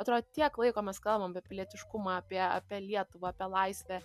atrodo tiek laiko mes kalbam apie pilietiškumą apie apie lietuvą apie laisvę